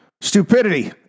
Stupidity